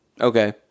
Okay